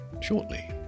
shortly